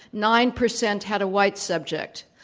nine percent had a white subject.